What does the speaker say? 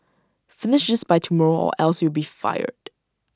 finish this by tomorrow or else you'll be fired